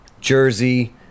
Jersey